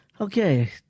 Okay